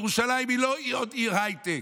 ירושלים היא לא עוד עיר הייטק,